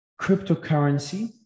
cryptocurrency